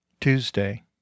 Tuesday